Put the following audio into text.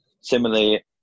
Similarly